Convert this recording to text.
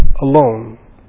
alone